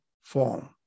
form